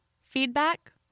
feedback